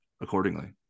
accordingly